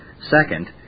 Second